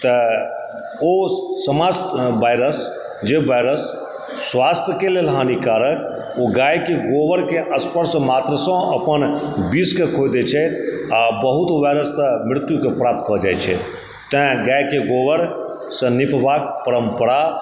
तऽ ओ समस्त वायरस जे वायरस स्वास्थ्यके लेल हानिकारक ओ गायके गोबरके स्पर्श मात्रसंँ अपन विषके खोए दए छै आ बहुत ही ओ वायरसके मृत्यु प्राप्त कऽजाइत छै ताहि कारण गायके गोबरसँ निपबाके परम्परा